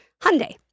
Hyundai